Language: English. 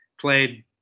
played